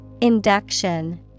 Induction